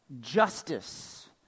justice